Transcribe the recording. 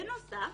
בנוסף,